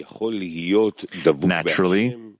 Naturally